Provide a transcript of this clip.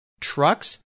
trucks